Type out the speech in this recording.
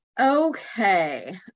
Okay